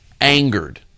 angered